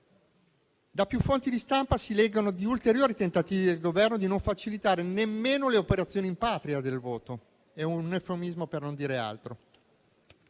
Più fonti di stampa riportano ulteriori tentativi del Governo di non facilitare nemmeno le operazioni in Patria del voto. È un eufemismo, per non dire altro.